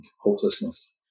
hopelessness